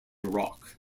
rock